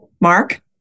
Mark